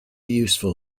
useful